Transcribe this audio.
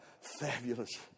fabulous